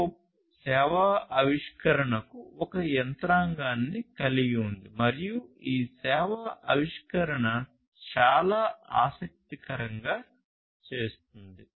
CoAP సేవా ఆవిష్కరణకు ఒక యంత్రాంగాన్ని కలిగి ఉంది మరియు ఈ సేవా ఆవిష్కరణ చాలా ఆసక్తికరంగా చేస్తుంది